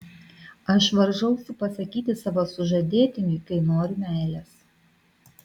aš varžausi pasakyti savo sužadėtiniui kai noriu meilės